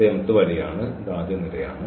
ഇത് mth വരിയാണ് ഇത് ആദ്യ നിരയാണ്